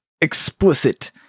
Explicit